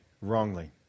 wrongly